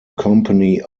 company